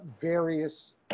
various